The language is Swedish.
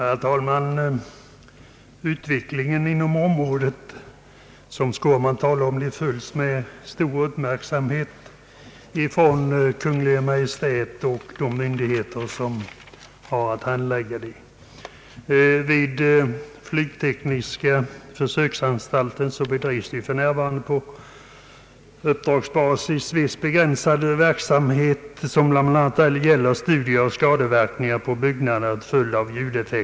Herr talman! Utvecklingen inom de områden som herr Skårman talar om följs med stor uppmärksamhet från Kungl. Maj:ts och de myndigheters sida som har att handlägga sådana frågor. Vid flygtekniska försöksanstalten bedrivs för närvarande på uppdragsbasis viss begränsad forskningsverksamhet, som bl.a. gäller studier av skadeverkningar på byggnader till följd av ljudeffekter.